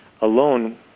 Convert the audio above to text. alone